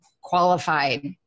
qualified